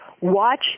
watch